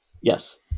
Yes